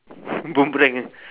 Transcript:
boomerang